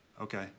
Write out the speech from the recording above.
okay